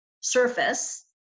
surface